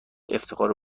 افتخار